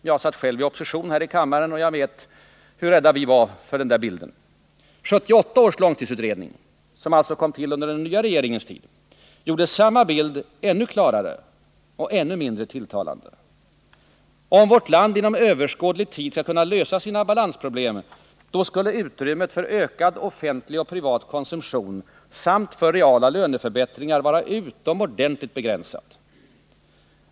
Jag satt själv i opposition i kammaren och vet hur bekymrade vi blev. 1978 års långtidsutredning, som ju tillkommit under den nya regimens tid, gjorde samma bild än klarare och än mindre tilltalande. Om vårt land inom överskådlig tid skall kunna lösa sina balansproblem, skulle utrymmet för ökad offentlig och privat konsumtion samt för reala löneförbättringar vara utomordentligt begränsat.